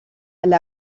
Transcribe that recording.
elle